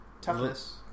toughness